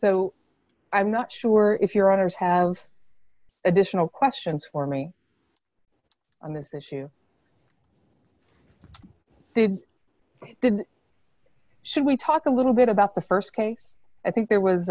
so i'm not sure if your owners have additional questions for me on this issue did should we talk a little bit about the st case i think there was